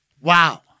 wow